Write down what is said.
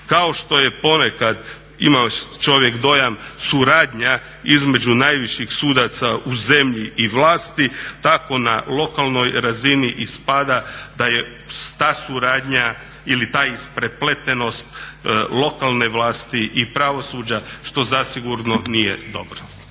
Kao što je ponekad imao čovjek dojam suradnja između najviših sudaca u zemlji i vlasti tako na lokalnoj razini ispada da je ta suradnja ili ta isprepletenost lokalne vlasti i pravosuđa što zasigurno nije dobro.